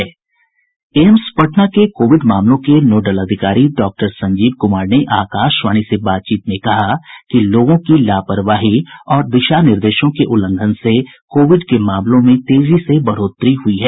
AIIMS Patna के Covid मामलों के नोडल अधिकारी डॉक्टर संजीव कुमार ने आकाशवाणी से बातचीत में कहा कि लोगों की लापरवाही और दिशा निर्देशों के उल्लंघन से कोविड के मामलों में तेजी से बढ़ोतरी हुई है